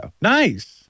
Nice